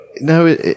No